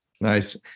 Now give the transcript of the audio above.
nice